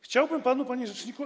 Chciałbym panu, panie rzeczniku.